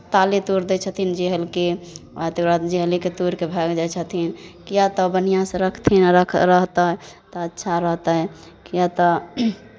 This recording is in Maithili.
ताले तोड़ि दै छथिन जहलके आ तकर बाद जहलेके तोड़ि कऽ भागि जाइ छथिन किएक तऽ बढ़िआँसँ रखथिन आ रहतै तऽ अच्छा रहतै किएक तऽ